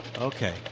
Okay